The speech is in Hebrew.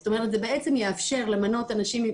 זאת אומרת זה בעצם יאפשר למנות אנשים,